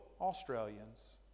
Australians